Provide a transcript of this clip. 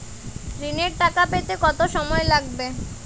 ঋণের টাকা পেতে কত সময় লাগবে?